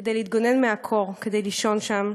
כדי להתגונן מהקור, כדי לישון שם.